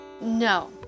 No